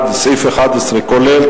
כולל,